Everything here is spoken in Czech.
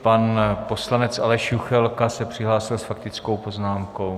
Pan poslanec Aleš Juchelka se přihlásil s faktickou poznámkou.